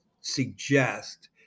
suggest